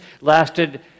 lasted